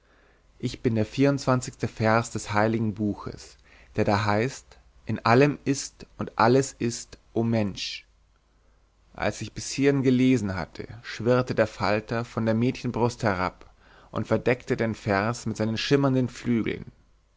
ich bin der vierundzwanzigste vers des heiligen buches der da heißt in allem ist und alles ist o mensch als ich bis hierhin gelesen hatte schwirrte der falter von der mädchenbrust herab und verdeckte den vers mit seinen schimmernden flügeln